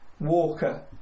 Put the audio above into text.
Walker